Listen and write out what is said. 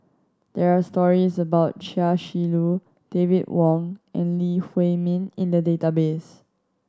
there are stories about Chia Shi Lu David Wong and Lee Huei Min in the database